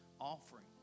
offering